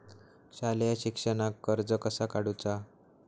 शालेय शिक्षणाक कर्ज कसा काढूचा?